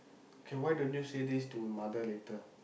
K why don't you say this to mother later